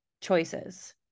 choices